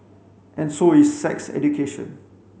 and so is sex education